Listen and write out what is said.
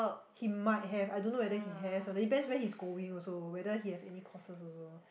he might have I don't know whether he has or not depends where he's going also whether he has any courses also